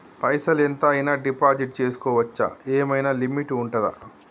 పైసల్ ఎంత అయినా డిపాజిట్ చేస్కోవచ్చా? ఏమైనా లిమిట్ ఉంటదా?